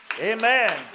Amen